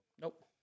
Nope